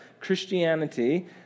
Christianity